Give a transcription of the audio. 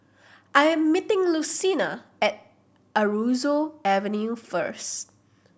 I'm meeting Lucina at Aroozoo Avenue first